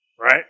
right